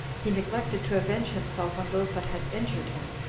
he neglected to avenge himself on those that had injured him,